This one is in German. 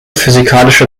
physikalische